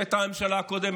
כשהייתה הממשלה הקודמת,